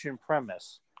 premise